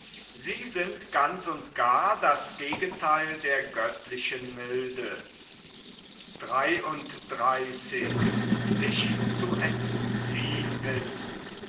sie sind ganz und gar das gegentheil der göttlichen milde